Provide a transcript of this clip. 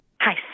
Hi